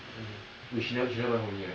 okay wait she never she never buy for me right